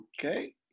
Okay